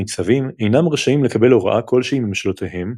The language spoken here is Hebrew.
הנציבים אינם רשאים לקבל הוראה כלשהי מממשלותיהם,